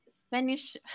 Spanish